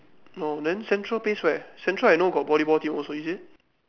no then central place where central I know got volleyball team also is it